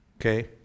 Okay